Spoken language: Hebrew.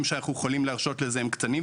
שאנחנו יכולים להרשות לזה הם קטנים,